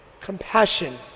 compassion